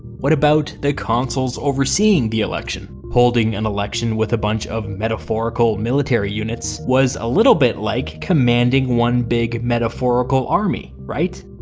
what about the consuls overseeing the election? holding an and election with a bunch of metaphorical military units was a little bit like commanding one big metaphorical army, right?